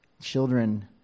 Children